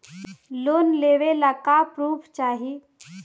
Loan लेवे ला का पुर्फ चाही?